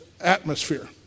atmosphere